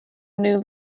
new